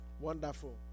Wonderful